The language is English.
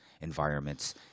environments